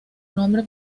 nombre